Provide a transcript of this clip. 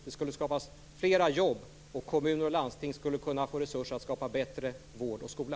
Det skulle skapas flera jobb, och kommuner och landsting skulle kunna få resurser att skapa bättre vård och skola.